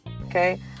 okay